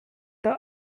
the